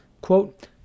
Quote